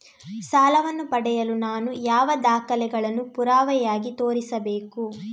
ಸಾಲವನ್ನು ಪಡೆಯಲು ನಾನು ಯಾವ ದಾಖಲೆಗಳನ್ನು ಪುರಾವೆಯಾಗಿ ತೋರಿಸಬೇಕು?